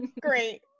Great